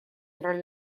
тра